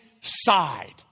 side